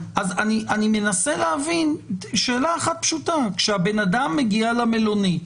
אני מנסה להבין שאלה אחת פשוטה: כשהבן אדם מגיע למלונית,